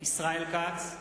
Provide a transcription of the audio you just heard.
ישראל כץ,